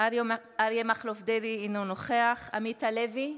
אריה מכלוף דרעי, אינו נוכח עמית הלוי,